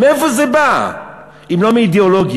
מאיפה זה בא, אם לא מאידיאולוגיה?